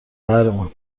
قهرمان